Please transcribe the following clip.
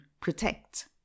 protect